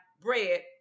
bread